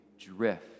drift